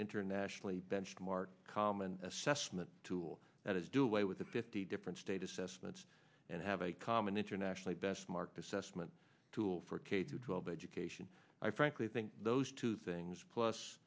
internationally benchmarked common assessment tool that is do away with the fifty different state assessments and have a common internationally best marked assessment tool for k twelve education i frankly think those two things plus